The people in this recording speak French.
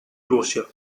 borgia